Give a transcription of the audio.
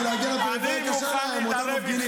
כי להגיע לפריפריה קשה להם, אותם מפגינים.